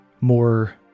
more